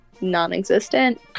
non-existent